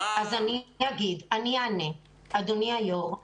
אדוני היושב-ראש,